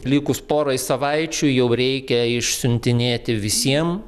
likus porai savaičių jau reikia išsiuntinėti visiem